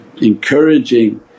encouraging